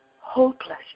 hopeless